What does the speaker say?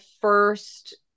first